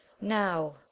Now